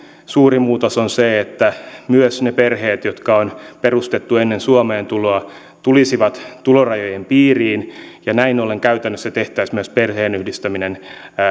suuri muutos on se että myös ne perheet jotka on perustettu ennen suomeen tuloa tulisivat tulorajojen piiriin ja näin ollen käytännössä tehtäisiin myös perheenyhdistäminen